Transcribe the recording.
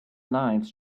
lives